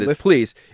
please